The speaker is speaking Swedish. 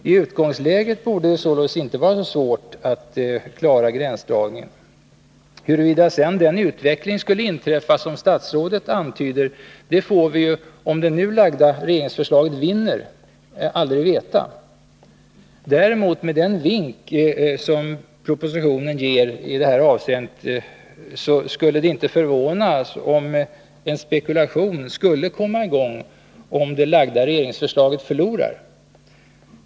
I utgångsläget borde det således inte vara så svårt att klara gränsdragningen. Huruvida sedan den utveckling som statsrådet antyder skulle inträffa får vi aldrig veta, om det nu framlagda regeringsförslaget vinner. Däremot, med den vink som propositionen ger i det här avseendet, skulle det inte förvåna om en spekulation skulle komma i gång om det framlagda regeringsförslaget förlorar.